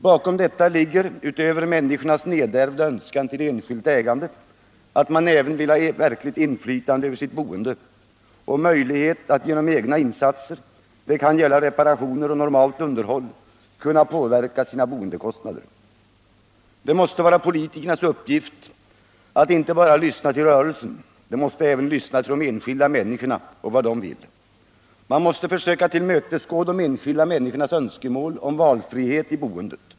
Bakom detta ligger, utöver människornas nedärvda önskan till enskilt ägande, att man vill ha ett verkligt inflytande över sitt boende och en möjlighet att genom egna insatser — det kan gälla reparationer och normalt underhåll — kunna påverka sina boendekostnader. Det måste vara politikernas uppgift att inte bara ”lyssna till rörelsen” — de måste även lyssna till vad de enskilda människorna vill. De måste försöka tillmötesgå de enskilda människornas önskemål om valfrihet i boendet.